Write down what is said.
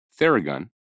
Theragun